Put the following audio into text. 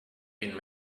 been